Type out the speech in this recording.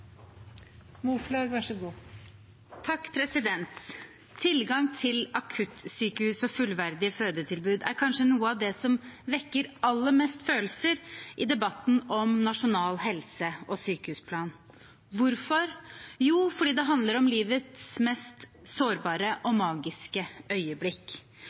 kanskje noe av det som vekker aller mest følelser i debatten om nasjonal helse- og sykehusplan. Hvorfor? Jo, fordi det handler om livets mest sårbare og magiske øyeblikk.